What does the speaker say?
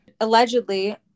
Allegedly